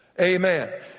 amen